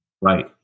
Right